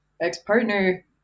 ex-partner